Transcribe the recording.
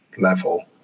level